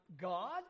God